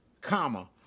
comma